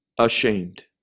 ashamed